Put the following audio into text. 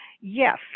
yes